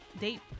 date